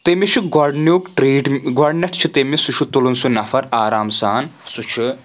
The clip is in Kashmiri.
تٔمِس چھُ گۄڈنیُک ٹریٖٹ گۄڈنیٚتھ چھُ تٔمِس سُہ چھُ تُلُن سُہ نفر آرام سان سُہ چھُ